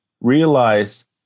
realize